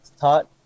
taught